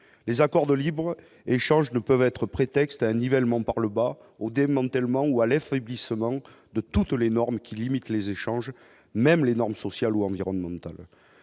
les accords de libre-échange ne peuvent être prétexte à nivellement par le bas au démantèlement ou allait faiblissent manque de toutes les normes qui limite les échanges même les normes sociales ou environnementales,